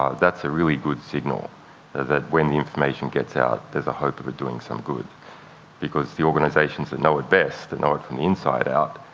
ah that's a really good signal that when the information gets out, there's a hope of it doing some good because the organizations that know it best, that know it from the inside out,